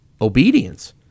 obedience